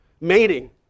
mating